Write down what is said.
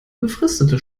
befristete